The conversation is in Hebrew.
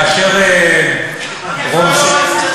איפה יו"ר ההסתדרות?